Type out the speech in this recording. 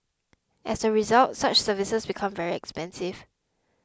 as a result such services become very expensive